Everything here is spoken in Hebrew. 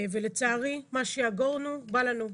ולצערי מה שיגורנו בא לנו.